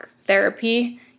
therapy